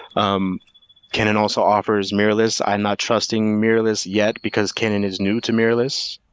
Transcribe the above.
um canon also offers mirrorless. i'm not trusting mirrorless yet because canon is new to mirrorless.